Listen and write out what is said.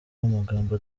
amagambo